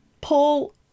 Paul